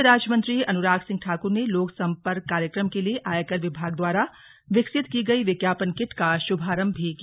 वित्त राज्यमंत्री अनुराग सिंह ठाकुर ने लोक सम्पर्क कार्यक्रम के लिए आयकर विभाग द्वारा विकसित की गई विज्ञापन किट का शुभारम्भ भी किया